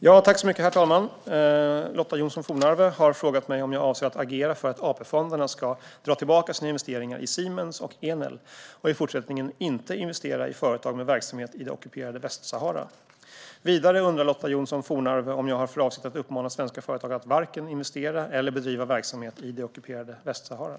Herr talman! Lotta Johnsson Fornarve har frågat mig om jag avser att agera för att AP-fonderna ska dra tillbaka sina investeringar i Siemens och Enel och i fortsättningen inte investera i företag med verksamhet i det ockuperade Västsahara. Vidare undrar Lotta Johnsson Fornarve om jag har för avsikt att uppmana svenska företag att varken investera eller bedriva verksamhet i det ockuperade Västsahara.